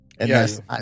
yes